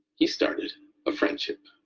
he started a friendship.